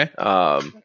Okay